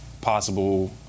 possible